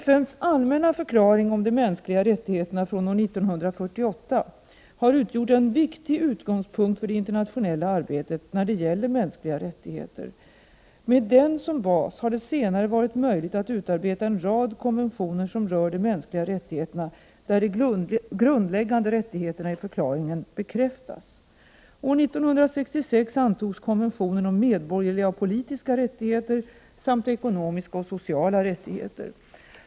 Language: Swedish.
FN:s allmänna förklaring om de mänskliga rättigheterna från år 1948 har utgjort en viktig utgångspunkt för det internationella arbetet när det gäller mänskliga rättigheter. Med den som bas har det senare varit möjligt att utarbeta en rad konventioner som rör de mänskliga rättigheterna där de grundläggande rättigheterna i förklaringen bekräftas. År 1966 antogs konventionen om medborgerliga och politiska rättigheter samt ekonomiska och sociala rättigheter.